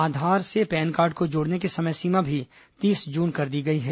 आधार से PAN card को जोड़ने की समय सीमा भी तीस जून कर दी गई है